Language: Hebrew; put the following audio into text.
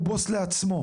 הוא בוס לעצמו.